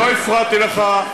לא הפרעתי לך.